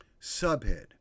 Subhead